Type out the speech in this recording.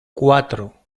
cuatro